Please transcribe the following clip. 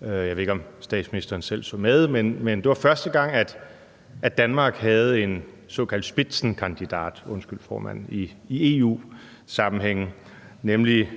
Jeg ved ikke, om statsministeren selv så med, men det var første gang, at Danmark havde en såkaldt Spitzenkandidat, undskyld, formand, i EU-sammenhænge, nemlig